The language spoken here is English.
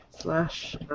Slash